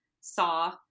saw